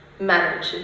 manage